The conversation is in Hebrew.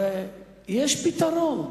הרי יש פתרון.